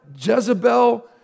Jezebel